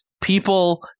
people